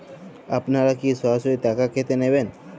আপনারা কি সরাসরি টাকা কেটে নেবেন?